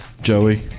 Joey